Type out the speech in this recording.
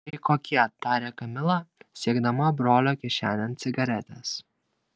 tai kokie tarė kamila siekdama brolio kišenėn cigaretės